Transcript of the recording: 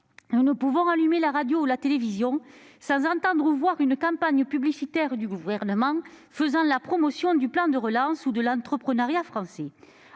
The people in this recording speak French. Nous ne pouvons allumer la radio ou la télévision sans entendre ou voir une campagne publicitaire du Gouvernement faisant la promotion du plan de relance ou de l'entrepreneuriat français.